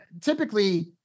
typically